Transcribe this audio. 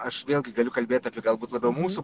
aš vėlgi galiu kalbėt apie galbūt labiau mūsų